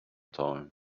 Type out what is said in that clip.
time